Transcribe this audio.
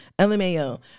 LMAO